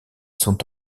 sont